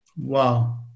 Wow